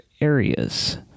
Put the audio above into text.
areas